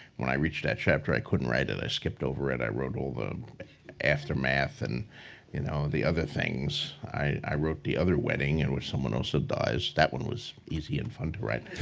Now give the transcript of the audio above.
when i reached that chapter, i couldn't write it. i skipped over it. i wrote all the aftermath and you know the other things. i wrote the other wedding. there and was someone else that dies. that one was easy and fun to write.